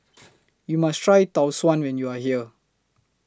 YOU must Try Tau Suan when YOU Are here